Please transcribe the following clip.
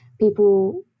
people